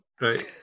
Right